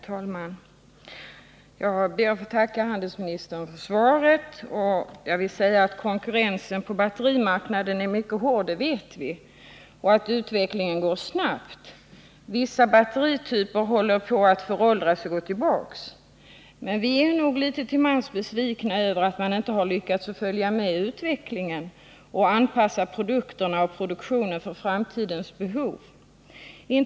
Herr talman! Jag ber att få tacka handelsministern för svaret. Vi vet att konkurrensen på batterimarknaden är mycket hård och att utvecklingen går - snabbt. Vissa batterityper håller på att föråldras och gå tillbaka. Men vi är nog litet till mans besvikna över att man inte har lyckats följa med i utvecklingen och anpassa produkterna och produktionen till framtidens behov.